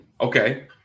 Okay